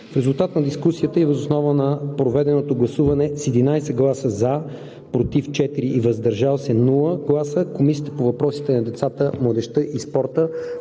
В резултат на дискусията и въз основа на проведеното гласуване с 11 гласа „за“, 4 гласа „против“, без „въздържал се“ Комисията по въпросите на децата, младежта и спорта